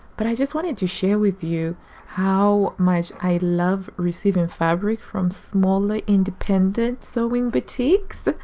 but i just wanted to share with you how much i love receiving fabric from smaller independent sewing boutiques.